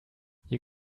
you